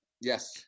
yes